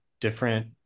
different